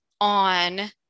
on